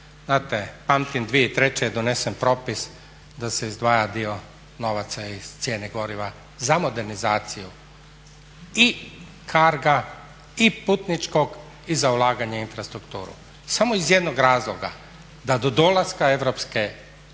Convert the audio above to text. pamtim, 2003. je donesen propis da se izdvaja dio novaca iz cijene goriva za modernizaciju i CARGO-a, i putničkog i za ulaganje u infrastrukturu. Samo iz jednog razloga da do dolaska, ulaska u europsku